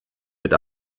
wird